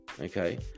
okay